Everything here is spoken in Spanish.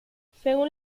según